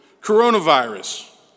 Coronavirus